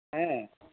ᱦᱮᱸ